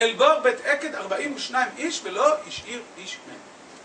אלבור בית עקד ארבעים ושניים איש, ולא איש עיר, איש מנה.